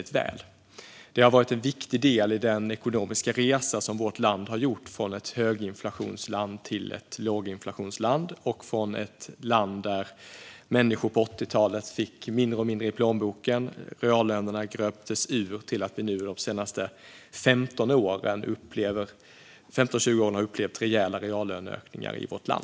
Detta har varit en viktig del i den ekonomiska resa som vårt land har gjort från att vara ett höginflationsland till att vara ett låginflationsland och från att på 80-talet vara ett land där människor fick allt mindre i plånboken och reallönerna gröptes ur till att de senaste 15-20 åren ha upplevt rejäla reallöneökningar.